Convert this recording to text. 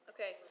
Okay